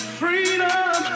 freedom